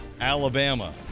Alabama